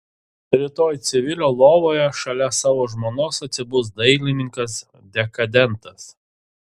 rytoj civilio lovoje šalia savo žmonos atsibus dailininkas dekadentas